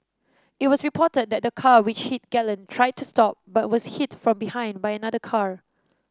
it was reported that the car which hit Galen tried to stop but was hit from behind by another car